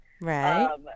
Right